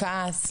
כעס,